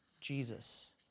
Jesus